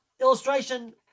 Illustration